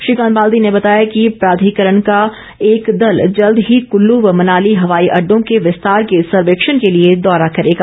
श्रीकांत बाल्दी ने बताया कि प्राधिकरण का एक दल जल्द ही कुल्लू व मनाली हवाई अड्डों के विस्तार के सर्वेक्षण के लिए दौरा करेगा